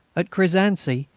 at crezancy,